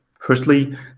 Firstly